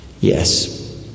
Yes